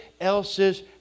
else's